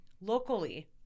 locally